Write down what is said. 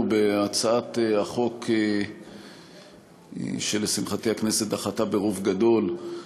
בהצעת החוק שלשמחתי הכנסת דחתה ברוב גדול,